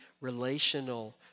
relational